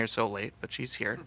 here so late but she's here